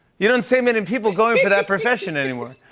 you don't see many and people going for that profession anymore.